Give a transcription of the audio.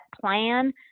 plan